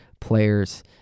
players